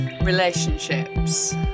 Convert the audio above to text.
relationships